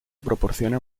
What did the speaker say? proporciona